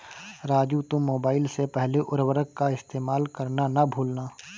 राजू तुम मोबाइल से पहले उर्वरक का इस्तेमाल करना ना भूलना